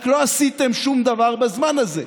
רק לא עשיתם שום דבר בזמן הזה,